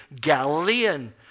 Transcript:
Galilean